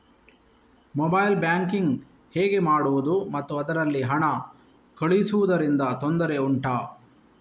mobile banking ಹೇಗೆ ಮಾಡುವುದು ಮತ್ತು ಅದರಲ್ಲಿ ಹಣ ಕಳುಹಿಸೂದರಿಂದ ತೊಂದರೆ ಉಂಟಾ